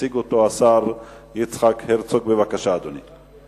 יציג השר יצחק הרצוג, בבקשה, אדוני.